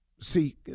See